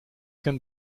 can